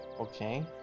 Okay